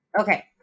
Okay